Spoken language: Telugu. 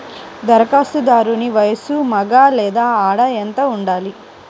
ధరఖాస్తుదారుని వయస్సు మగ లేదా ఆడ ఎంత ఉండాలి?